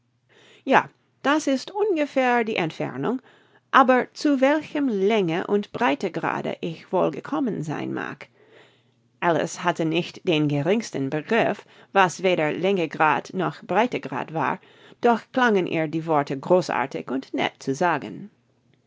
ja das ist ungefähr die entfernung aber zu welchem länge und breitegrade ich wohl gekommen sein mag alice hatte nicht den geringsten begriff was weder längegrad noch breitegrad war doch klangen ihr die worte großartig und nett zu sagen